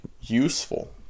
useful